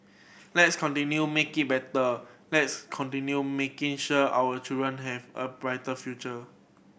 let's continue making it better let's continue making sure our children have a bright future